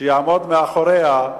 שיעמוד מאחוריה,